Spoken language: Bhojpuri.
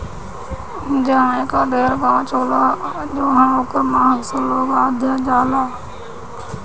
जहाँ एकर ढेर गाछ होला उहाँ ओकरा महक से लोग अघा जालें